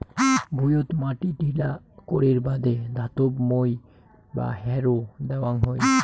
ভুঁইয়ত মাটি ঢিলা করির বাদে ধাতব মই বা হ্যারো দ্যাওয়াং হই